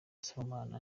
sibomana